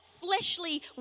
fleshly